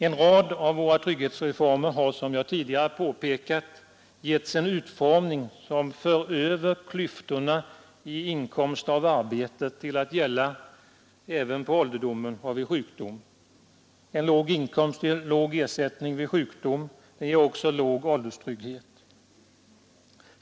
En rad av våra trygghetsreformer har, som jag tidigare påpekat, en utformning som för över klyftorna i inkomst av arbete till att gälla även på ålderdomen och vid sjukdom; en låg inkomst ger en låg ersättning vid sjukdom och även en låg ålderstrygghet.